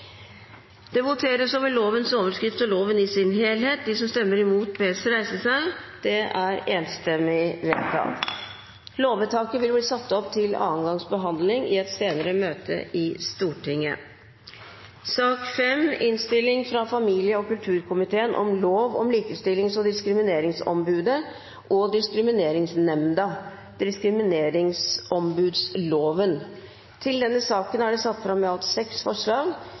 Det voteres over lovens overskrift og loven i sin helhet. Arbeiderpartiet, Senterpartiet, Venstre, Sosialistisk Venstreparti og Miljøpartiet De Grønne har varslet at de vil stemme imot. Lovvedtaket vil bli satt opp til andre gangs behandling i et senere møte i Stortinget. Under debatten er det satt fram i alt fire forslag.